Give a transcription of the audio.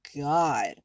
God